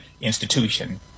institution